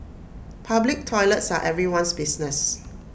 public toilets are everyone's business